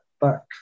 back